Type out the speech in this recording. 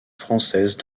française